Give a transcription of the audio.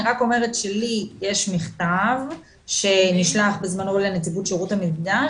אני אומרת שלי יש מכתב שנשלח בזמנו לנציבות שירות המדינה,